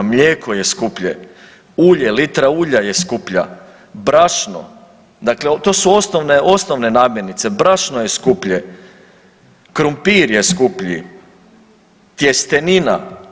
Mlijeko je skuplje, ulje, litra ulja je skuplja, brašno, dakle to su osnovne namirnice, brašno je skuplje, krumpir je skuplji, tjestenina.